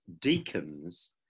deacons